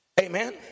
Amen